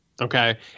Okay